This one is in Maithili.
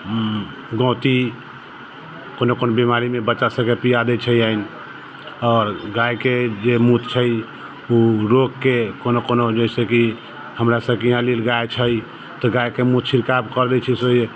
गौती कोनो कोनो बीमारीमे बच्चा सबके पीआ दय छै आओर गायके जे मूत छै ओ रोगके कोनो कोनो जे हइ कि हमरा सबके यहाँ नील गाय छै तऽ गायके मूत छिड़काव कऽ दय छै ओहिसे